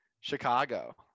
Chicago